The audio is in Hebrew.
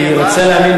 אני רוצה להאמין,